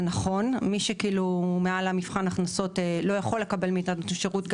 זה נכון: מי שנמצא מעל מבחן ההכנסות לא יכול לקבל מאיתנו את השירות,